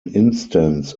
instance